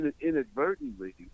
inadvertently